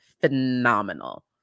phenomenal